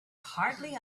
hardly